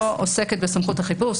הצעת החוק הזו עוסקת בסמכות החיפוש.